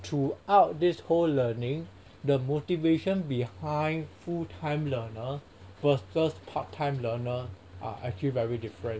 throughout this whole learning the motivation behind full time learner versus part time learner are actually very different